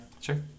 Sure